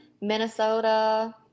Minnesota